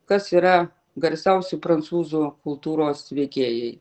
kas yra garsiausi prancūzų kultūros veikėjai